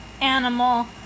animal